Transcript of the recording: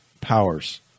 powers